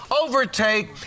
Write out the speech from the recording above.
overtake